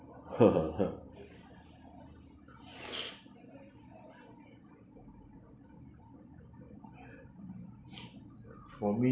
for me